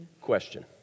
question